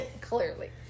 clearly